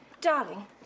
Darling